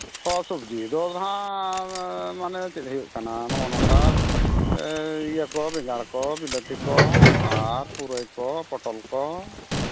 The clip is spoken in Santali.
ᱦᱚᱸ ᱥᱚᱵᱽᱡᱤ ᱫᱚ ᱱᱟᱜ ᱢᱟᱱᱮ ᱪᱮᱫ ᱦᱩᱭᱩᱜ ᱠᱟᱱᱟ ᱱᱚᱜᱼᱚ ᱱᱚᱝᱠᱟ ᱤᱭᱟᱹ ᱠᱚ ᱵᱮᱸᱜᱟᱲ ᱠᱚ ᱵᱤᱞᱟᱹᱛᱤ ᱠᱚ ᱟᱨ ᱯᱩᱨᱟᱹᱭ ᱠᱚ ᱯᱚᱴᱚᱞ ᱠᱚ ᱦᱩᱸ